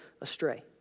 astray